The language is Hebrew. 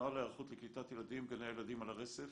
נוהל היערכות לקליטת ילדים בגני הילדים על הרצף.